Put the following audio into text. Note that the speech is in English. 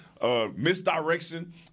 Misdirection